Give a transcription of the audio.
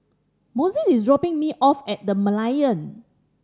Mossie is dropping me off at The Merlion